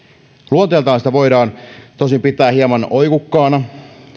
luonteeltaan sitä voidaan tosin pitää hieman oikukkaana